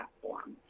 platform